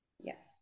Yes